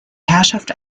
herrschaft